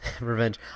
revenge